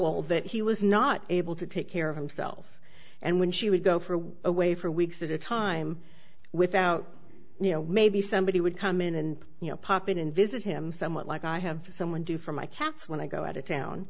disavowal that he was not able to take care of himself and when she would go for a walk away for weeks at a time without you know maybe somebody would come in and you know pop in and visit him somewhat like i have someone do for my cats when i go out of town